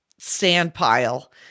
sandpile